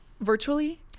virtually